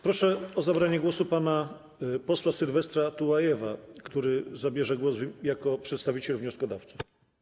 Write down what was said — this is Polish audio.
Proszę o zabranie głosu pana posła Sylwestra Tułajewa, który zabierze głos jako przedstawiciel wnioskodawców.